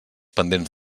pendents